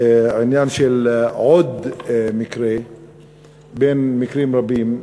עניין של עוד מקרה בין מקרים רבים.